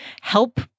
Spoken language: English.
help